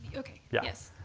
ah okay, yes.